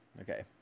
okay